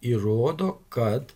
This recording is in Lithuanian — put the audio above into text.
įrodo kad